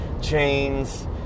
chains